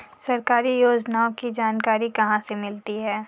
सरकारी योजनाओं की जानकारी कहाँ से मिलती है?